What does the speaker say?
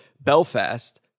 Belfast